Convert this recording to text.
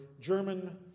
German